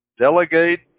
Delegate